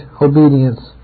obedience